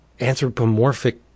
anthropomorphic